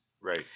Right